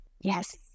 yes